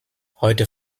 heute